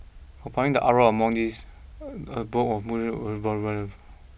compounding the uproar among these